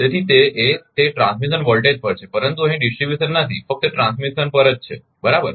તેથી તે એ તે ટ્રાન્સમિશન વોલ્ટેજ પર છે પરંતુ અહીં ડિસ્ટ્રીબ્યુશન નથી ફક્ત ટ્રાન્સમિશન પર જ છે બરાબર